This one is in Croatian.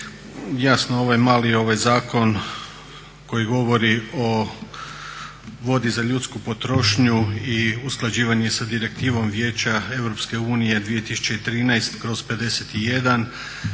Jasno ovaj mali zakon koji govori o vodi za ljudsku potrošnju i usklađivanje sa direktivom Vijeća Europske